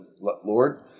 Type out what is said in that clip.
Lord